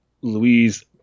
Louise